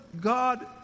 God